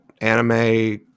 anime